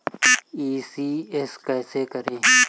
ECS कैसे करें?